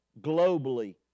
globally